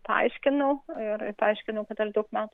paaiškinau ir ir paaiškinau kad aš daug metų